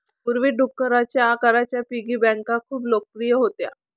पूर्वी, डुकराच्या आकाराच्या पिगी बँका खूप लोकप्रिय होत्या